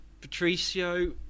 Patricio